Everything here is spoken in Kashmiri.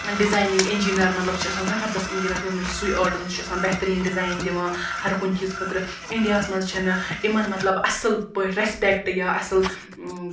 ڈِزاینِنٛگ اِنجینَر مَطلَب سُہ چھُ آسان زَبَردَس اِنجینَر تٔمِس مَنٛز چھُ سُے آرٹ آسان سُہ چھُ آسان بہتریٖن ڈِزاین دِوان ہر کُنہِ چیٖزس خٲطرٕ اِنڈیاہَس مَنٛز چھِنہٕ تِمَن مَطلَب اصٕل پٲٹھۍ ریٚسپیٚکٹ یا اصٕل